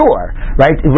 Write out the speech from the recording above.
right